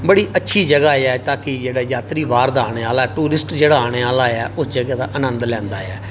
बड़ी अच्छी जगह ऐ यात्री जेहड़ा बाह्र दा आने आहला ऐ उस जगह दाआनंद लैंदा ऐ